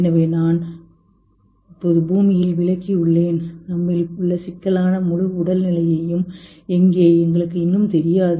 எனவே நான் இப்போது பூமியில் விளக்கியுள்ளேன் நம்மில் உள்ள சிக்கலான முழு உடல்நிலையும் எங்கே எங்களுக்கு இன்னும் தெரியாது